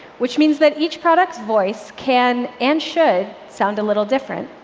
which means that each product's voice can and should sound a little different.